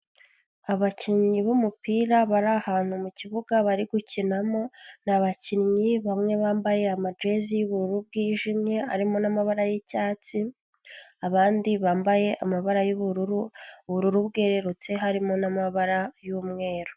Abakinnyi b'umupira bari ahantu mu kibuga bari gukinamo, ni abakinnyi bamwe bambaye amajezi y'ubururu bwijimye arimo n'amabara y'icyatsi, abandi bambaye amabara y'ubururu, ubururu bwerurutse harimo n'amabara y'umweru.